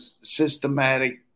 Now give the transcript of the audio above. systematic